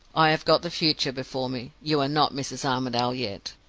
i have got the future before me you are not mrs. armadale yet!